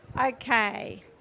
Okay